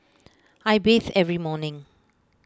I bathe every morning